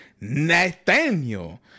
Nathaniel